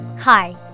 Hi